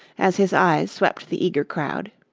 as his eyes swept the eager crowd.